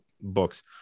books